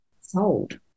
sold